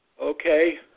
Okay